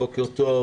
בוקר טוב.